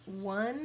one